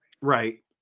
right